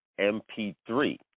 MP3